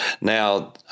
Now